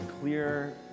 clear